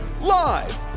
Live